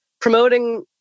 promoting